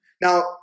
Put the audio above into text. Now